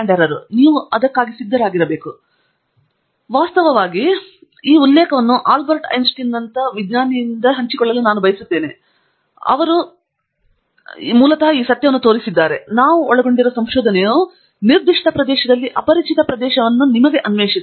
professor Pratap Haridoss ಹೌದು ಇದು ಅರುಣ್ ಕೇವಲ ನಿನಗೆ ನೀಡಿದ ಅತ್ಯಂತ ದೊಡ್ಡ ಸಾದೃಶ್ಯವಾಗಿದೆ ಎಂದು ನಾನು ಭಾವಿಸುತ್ತೇನೆ ಮತ್ತು ವಾಸ್ತವವಾಗಿ ಈ ಉಲ್ಲೇಖವನ್ನು ಆಲ್ಬರ್ಟ್ ಐನ್ಸ್ಟೈನ್ ರಿಂದ ಹಂಚಿಕೊಳ್ಳಲು ನಾವು ಬಯಸುತ್ತೇವೆ ಇದು ಮೂಲತಃ ಈ ಸತ್ಯವನ್ನು ತೋರಿಸುತ್ತದೆ ನಾವು ಒಳಗೊಂಡಿರುವ ಸಂಶೋಧನೆಯು ನಿರ್ದಿಷ್ಟ ಪ್ರದೇಶದಲ್ಲಿ ಅಪರಿಚಿತ ಪ್ರದೇಶವನ್ನುನಿಮಗೆ ಅನ್ವೇಷಿಸುತ್ತದೆ